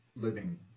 living